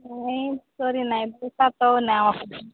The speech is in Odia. ମିସ୍ କରି ନାଇଁ ସେଟା ତ ନାଇଁ